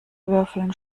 würfeln